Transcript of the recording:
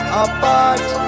apart